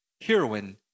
heroine